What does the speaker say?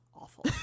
awful